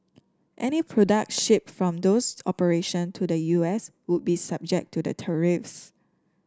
any products shipped from those operation to the U S would be subject to the tariffs